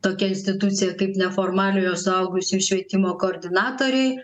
tokia institucija kaip neformaliojo suaugusiųjų švietimo koordinatoriai